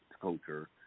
culture